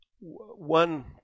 one